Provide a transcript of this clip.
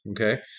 okay